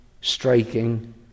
striking